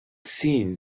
seen